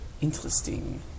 Interesting